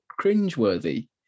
cringeworthy